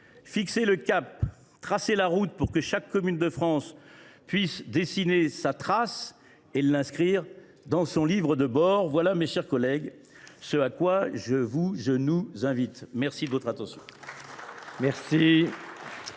fixer le cap, tracer la route, pour que chaque commune de France puisse dessiner sa trace et l’inscrire dans son livre de bord. Voilà, mes chers collègues, ce à quoi je nous invite. La parole est